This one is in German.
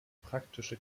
praktische